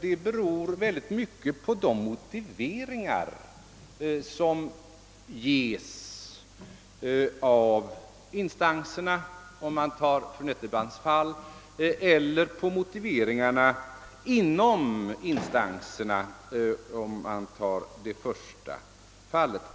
Det beror alldeles på vilka motiveringar som anföres av instanserna — om vi tar fru Nettelbrandts' fall — och på motiveringarna inom instanserna om man tar det första fallet.